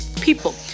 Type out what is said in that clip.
people